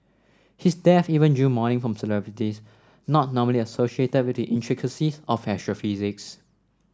his death even drew mourning from celebrities not normally associated with the intricacies of astrophysics